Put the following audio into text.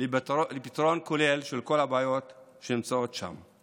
לפתרון כולל של כל הבעיות שנמצאות שם.